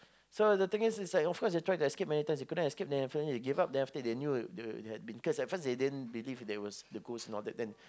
so the thing is is like of course they try to escape many times they couldn't escape then after that they gave up then after that they knew that that they had been cursed at first they didn't believe there as a ghost and all that then